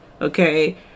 Okay